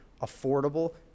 affordable